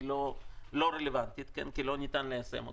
היא לא רלוונטית כי לא ניתן ליישם אותה.